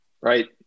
Right